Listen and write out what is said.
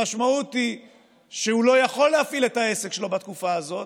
המשמעות היא שהוא לא יכול להפעיל את העסק שלו בתקופה הזאת.